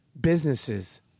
businesses